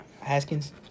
Haskins